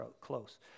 close